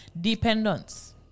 dependence